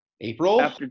April